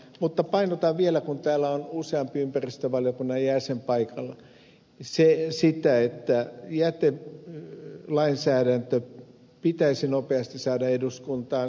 mutta painotan vielä sitä kun täällä on useampi ympäristövaliokunnan jäsen paikalla että jätelainsäädäntö pitäisi nopeasti saada eduskuntaan